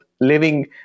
living